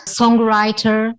songwriter